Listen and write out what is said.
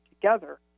together